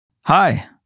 Hi